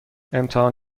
امتحان